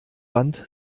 wand